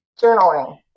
Journaling